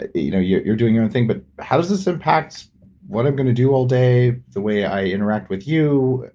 ah you know you're doing your own thing, but how does this impact what i'm going to do all day, the way i interact with you?